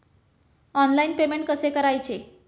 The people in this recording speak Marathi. ऑनलाइन पेमेंट कसे करायचे?